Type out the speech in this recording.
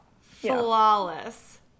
Flawless